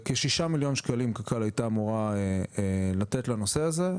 כ-6 מיליון שקלים קק"ל הייתה אמורה לתת לנושא הזה,